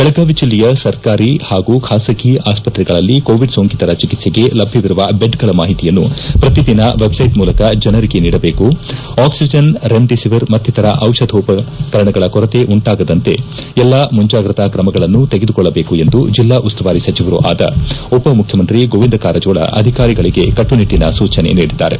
ಬೆಳಗಾವಿ ಜಿಲ್ಲೆಯ ಸರ್ಕಾರಿ ಹಾಗೂ ಖಾಸಗಿ ಆಸ್ಪತ್ರೆಗಳಲ್ಲಿ ಕೋವಿಡ್ ಸೋಂಕಿತರ ಚಿಕಿತ್ಸೆಗೆ ಲಭ್ಯವಿರುವ ಬೆಡ್ಗಳ ಮಾಹಿತಿಯನ್ನು ಪ್ರತಿದಿನ ವೆಬ್ಸೈಟ್ ಮೂಲಕ ಜನರಿಗೆ ನೀಡಬೇಕು ಆಕ್ಸಿಜನ್ ರೆಮಿಡಿಸಿವಿರ್ ಮತ್ತಿತರ ಔಷಧೋಪಕರಣಗಳ ಕೊರತೆ ಉಂಟಾಗದಂತೆ ಎಲ್ಲಾ ಮುಂಜಾಗ್ರತಾ ಕ್ರಮಗಳನ್ನು ತೆಗೆದುಕೊಳ್ಳಬೇಕು ಎಂದು ಜಿಲ್ಲಾ ಉಸ್ತುವಾರಿ ಸಚಿವರೂ ಆದ ಉಪ ಮುಖ್ಯಮಂತ್ರಿ ಗೋವಿಂದ ಕಾರಜೋಳ ಅಧಿಕಾರಿಗಳಿಗೆ ಕಟ್ಟುನಿಟ್ಟಿನ ಸೂಚನೆ ನೀಡಿದ್ದಾರೆ